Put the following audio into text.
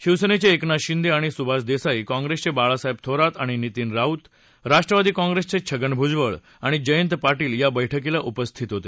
शिवसेनेचे एकनाथ शिंदे आणि सुभाष देसाई काँप्रेसचे बाळासाहेब थोरात आणि नितीन राऊत राष्ट्रवादी काँप्रेसचे छगन भुजबळ आणि जयंत पाटील या बैठकीला उपस्थित होते